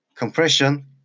compression